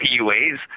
PUA's